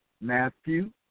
Matthew